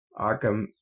Arkham